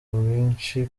bwinshi